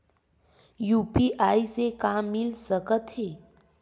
UPI से का मिल सकत हे?